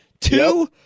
Two